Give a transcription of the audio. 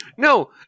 No